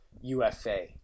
UFA